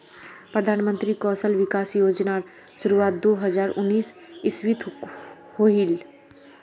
प्रधानमंत्री कौशल विकाश योज्नार शुरुआत दो हज़ार उन्नीस इस्वित होहिल